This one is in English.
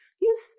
use